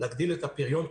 להגדיל את הפריון,